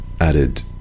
added